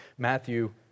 Matthew